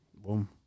Boom